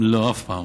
לא, אף פעם.